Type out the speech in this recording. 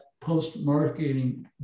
post-marketing